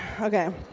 Okay